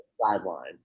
sideline